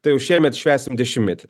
tai jau šiemet švęsim dešimtmetį